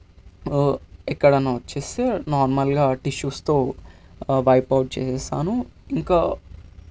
ఎక్కడైనా వచ్చేస్తే నార్మల్గా టిష్యూస్తో వైప్ఔట్ చేసేస్తాను ఇంకా